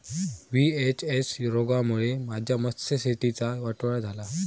VHS रोगामुळे माझ्या मत्स्यशेतीचा वाटोळा झाला